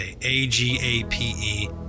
A-G-A-P-E